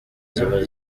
ziba